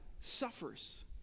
suffers